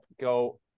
Go